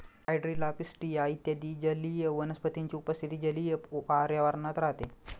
hydrilla, pistia इत्यादी जलीय वनस्पतींची उपस्थिती जलीय पर्यावरणात राहते